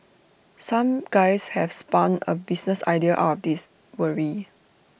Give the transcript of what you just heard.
some guys have spun A business idea out of this worry